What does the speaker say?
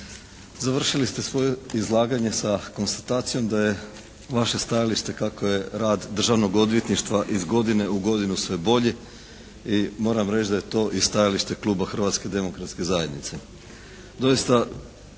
Završili ste svoje izlaganje sa konstatacijom da je vaše stajalište kako je rad državnog odvjetništva iz godine u godinu sve bolji i moram reći da je to i stajalište kluba Hrvatske demokratske zajednice.